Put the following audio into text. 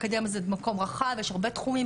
האקדמיה זה מקום רחב ויש בו הרבה תחומים.